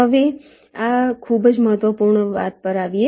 હવે આ ખૂબ જ મહત્વપૂર્ણ વાત પર આવીએ